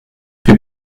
wir